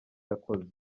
yakoze